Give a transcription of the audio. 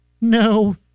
No